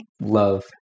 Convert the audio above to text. love